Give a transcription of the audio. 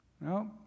No